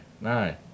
no